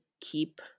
keep